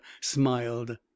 smiled